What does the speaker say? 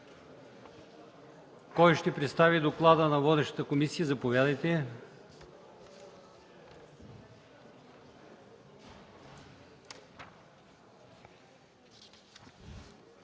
Кой ще представи доклада на водещата комисия? Заповядайте,